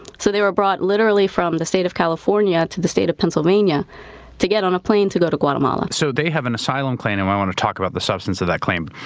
so they were brought literally from the state of california to the state of pennsylvania to get on a plane to go to guatemala. so they have an asylum claim and i want to talk about the substance of that claim.